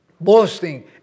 boasting